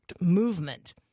movement